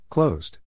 Closed